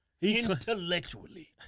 Intellectually